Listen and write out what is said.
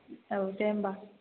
औ दे होनबा